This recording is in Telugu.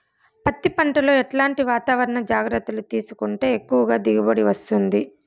పత్తి పంట లో ఎట్లాంటి వాతావరణ జాగ్రత్తలు తీసుకుంటే ఎక్కువగా దిగుబడి వస్తుంది?